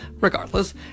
Regardless